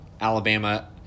Alabama